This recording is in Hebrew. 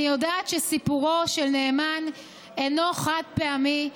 אני יודעת שסיפורו של נאמן אינו חד-פעמי.